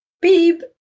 beep